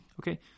Okay